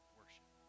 worship